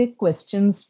questions